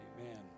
Amen